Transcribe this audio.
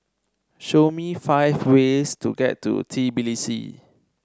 show me five ways to get to Tbilisi